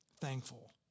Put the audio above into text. thankful